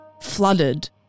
flooded